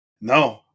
no